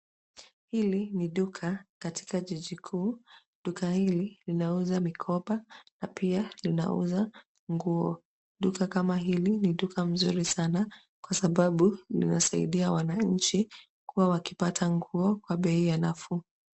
Hili ni duka katika jiji kuu. Duka hili linauza mikoba na pia linauza nguo. Duka kama hili ni duka mzuri sana kwa sababu linasaidia wananchi kuwa wakipata nguo kwa bei ya nafuu.